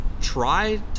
try